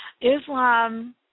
Islam